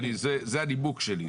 זה הנימוק שלי.